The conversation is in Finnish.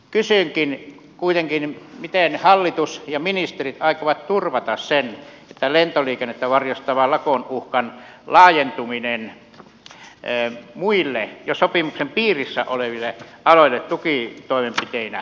kysyn kuitenkin miten hallitus ja ministerit aikovat turvata sen että lentoliikennettä varjostavan lakonuhkan laajentuminen muille jo sopimuksen piirissä oleville aloille tukitoimenpiteinä estetään